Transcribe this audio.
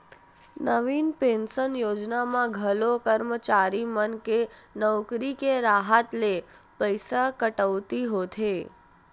नवीन pension योजना म घलो करमचारी मन के नउकरी के राहत ले पइसा कटउती होथे